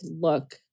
look